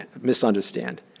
misunderstand